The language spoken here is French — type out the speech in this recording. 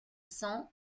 cents